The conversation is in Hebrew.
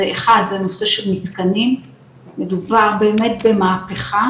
אחד זה נושא של מתקנים מדובר באמת במהפכה